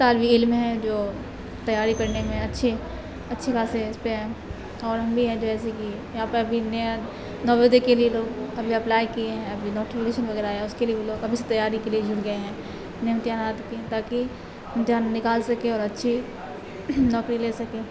طالوی علم ہیں جو تیاری کرنے میں اچھی اچھی خاصے اس پہ اور ہم بھی ہیں جو جیسے کہ یہاں پہ ابھی نیا نوودے کے لیے لوگ ابھی اپلائی کیے ہیں ابھی نوٹیفیکیشن وغیرہ آیا اس کے لیے بھی لوگ ابھی سے تیاری کے لیے جٹ گئے ہیں امتحانات کی تاکہ امتحان نکال سکیں اور اچھی نوکری لے سکے